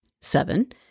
Seven